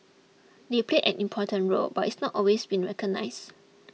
they played an important role but it's not always been recognised